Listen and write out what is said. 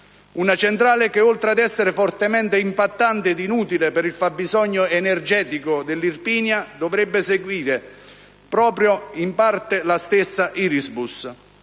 una centrale che, oltre ad essere fortemente impattante ed inutile per il fabbisogno energetico dell'Irpinia, dovrebbe servire in parte proprio la stessa Irisbus.